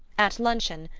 at luncheon,